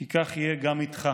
כי כך יהיה גם איתך.